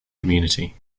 community